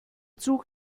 zug